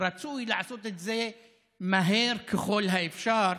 רצוי לעשות את זה מהר ככל האפשר,